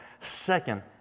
Second